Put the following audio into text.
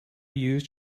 used